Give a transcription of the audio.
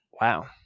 Wow